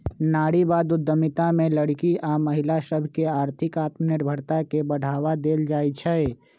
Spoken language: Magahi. नारीवाद उद्यमिता में लइरकि आऽ महिला सभके आर्थिक आत्मनिर्भरता के बढ़वा देल जाइ छइ